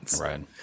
right